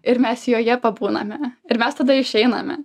ir mes joje pabūname ir mes tada išeiname